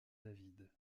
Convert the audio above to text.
david